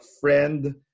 friend